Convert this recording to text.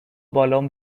بالن